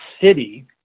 city